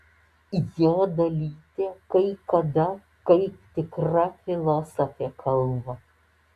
jo dalytė kai kada kaip tikra filosofė kalba